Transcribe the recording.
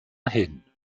hin